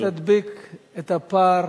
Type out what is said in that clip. היא תדביק את הפער.